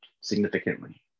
significantly